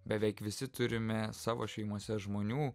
beveik visi turime savo šeimose žmonių